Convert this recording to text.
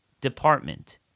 department